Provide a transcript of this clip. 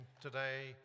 today